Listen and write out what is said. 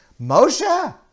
Moshe